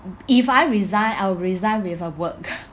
if I resign I will resign with uh work